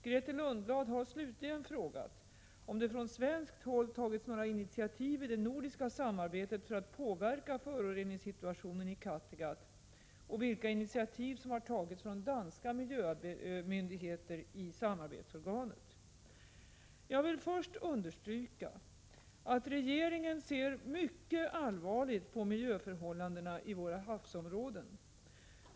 Grethe Lundblad har slutligen frågat om det från svenskt håll tagits några initiativ i det nordiska samarbetet för att påverka föroreningssituationen i Kattegatt och vilka initiativ som tagits från danska miljömyndigheter i samarbetsorganen. Jag vill först understryka att regeringen ser mycket allvarligt på miljöförhållandena i våra havsområden.